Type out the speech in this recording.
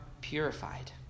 purified